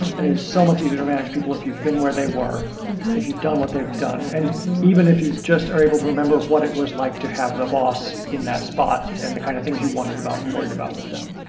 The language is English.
and it is so much easier to manage people if you've been where they were, and if you've done what they've done, and even if you just are able to remember what it was like to have the boss in that spot and the kind of things you wondered about and worried about with them.